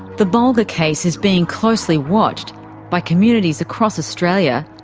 the bulga case is being closely watched by communities across australia,